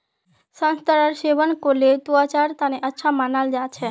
संतरेर सेवन करले त्वचार तना अच्छा मानाल जा छेक